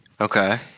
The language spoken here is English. Okay